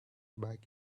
back